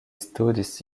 studis